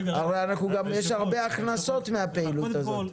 הרי יש הרבה הכנסות מהפעילות הזאת.